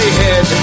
head